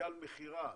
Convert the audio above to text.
פוטנציאל מכירה,